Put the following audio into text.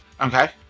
Okay